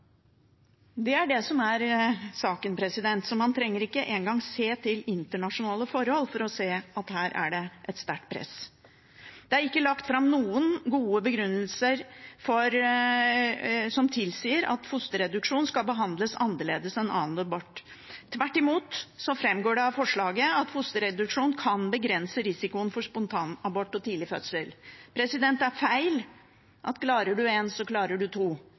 Det er det som er saken. Man trenger ikke engang å se til internasjonale forhold for å se at her er det et sterkt press. Det er ikke lagt fram noen gode begrunnelser som tilsier at fosterreduksjon skal behandles annerledes enn annen abort. Tvert imot framgår det av forslaget at fosterreduksjon kan begrense risikoen for spontanabort og tidlig fødsel. Det er feil å si at «klarer du én, så klarer du to».